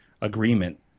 agreement